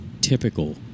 typical